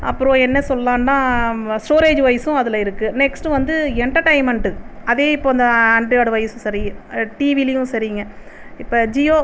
அப்புறம் என்ன சொல்லான்னா ஸ்டோரேஜ்வைஸ்ஸும் அதில் இருக்கு நெக்ஸ்ட்டு வந்து எண்டர்டைமன்ட்டு அதே இப்போ இந்த ஆண்ட்ராய்டுவைஸ்ஸும் சரி டிவிலையும் சரிங்க இப்போ ஜியோ